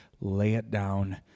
lay-it-down